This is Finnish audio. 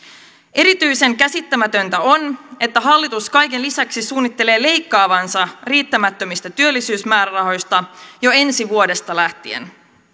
erityisen käsittämätöntä on että hallitus kaiken lisäksi suunnittelee leikkaavansa riittämättömistä työllisyysmäärärahoista jo ensi vuodesta lähtien